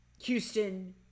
Houston